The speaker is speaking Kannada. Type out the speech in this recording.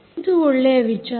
ಇದು ಒಳ್ಳೆಯ ವಿಚಾರ